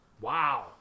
Wow